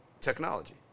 technology